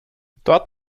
dort